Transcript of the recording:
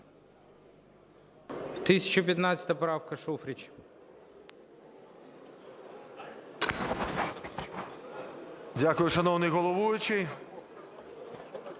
1015 правка, Шуфрич.